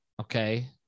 okay